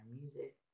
music